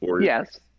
Yes